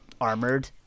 Armored